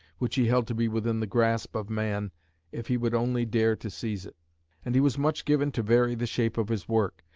which he held to be within the grasp of man if he would only dare to seize it and he was much given to vary the shape of his work,